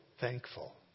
thankful